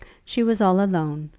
she was all alone,